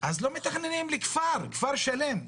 אז לא מתכננים לכפר, כפר שלם.